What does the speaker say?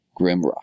Grimrock